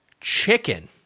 Chicken